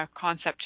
concept